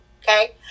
okay